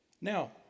Now